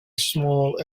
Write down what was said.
small